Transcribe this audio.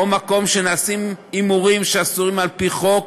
או מקום שנעשים בו הימורים שאסורים על-פי חוק,